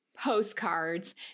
postcards